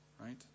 right